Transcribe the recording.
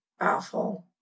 Awful